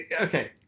Okay